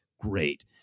great